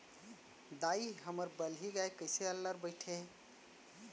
दाई, हमर बलही गाय कइसे अल्लर बइठे हे